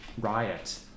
riot